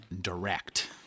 direct